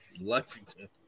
Lexington